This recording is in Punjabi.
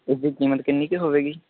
ਇਸਦੀ ਕੀਮਤ ਕਿੰਨੀ ਕੁ ਹੋਵੇਗੀ